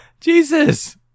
Jesus